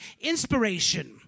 inspiration